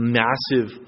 massive